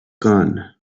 gone